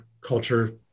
culture